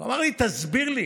הוא אמר לי: תסביר לי